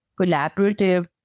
collaborative